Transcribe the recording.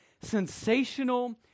sensational